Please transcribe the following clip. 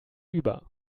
über